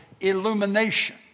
illumination